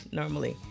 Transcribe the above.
normally